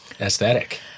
aesthetic